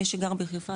מי שגר בחיפה,